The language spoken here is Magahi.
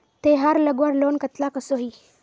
तेहार लगवार लोन कतला कसोही?